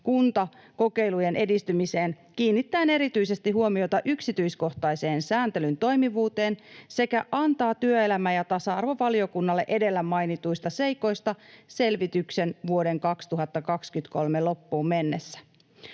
kuntakokeilujen edistymiseen kiinnittäen erityisesti huomiota yksityiskohtaiseen sääntelyn toimivuuteen sekä antaa työelämä- ja tasa-arvovaliokunnalle edellä mainituista seikoista selvityksen vuoden 2023 loppuun mennessä.